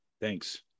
Thanks